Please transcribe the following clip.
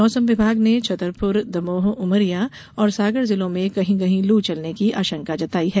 मौसम विभाग ने छतरपुर दमोह उमरिया और सागर जिलों में कही कहीं लू चलने की आशंका जताई है